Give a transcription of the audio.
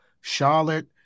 charlotte